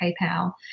PayPal